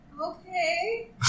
Okay